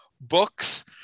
books